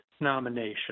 nomination